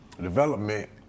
development